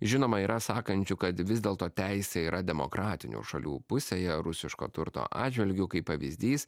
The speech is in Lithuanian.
žinoma yra sakančių kad vis dėlto teisė yra demokratinių šalių pusėje rusiško turto atžvilgiu kaip pavyzdys